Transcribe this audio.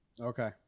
Okay